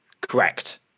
Correct